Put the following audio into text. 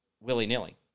willy-nilly